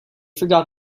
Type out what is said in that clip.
forgot